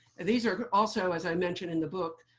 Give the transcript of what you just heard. these are also, as i mentioned in the book,